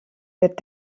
wird